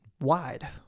Wide